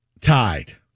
Tied